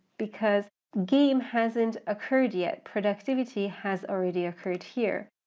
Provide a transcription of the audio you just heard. because game hasn't occurred yet, productivity has already occurred here.